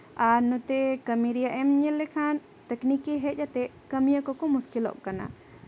ᱟᱨ ᱱᱚᱛᱮ ᱠᱟᱹᱢᱤ ᱨᱮᱭᱟᱜ ᱮᱢ ᱧᱮᱞ ᱮᱠᱷᱟᱱ ᱛᱟᱠᱱᱤᱠᱤ ᱦᱮᱡ ᱠᱟᱛᱮᱫ ᱠᱟᱹᱢᱤᱭᱟᱹ ᱠᱚᱠᱚ ᱢᱩᱥᱠᱤᱞᱚᱜ ᱠᱟᱱᱟ